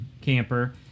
camper